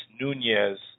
Nunez